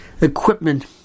equipment